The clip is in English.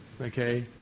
okay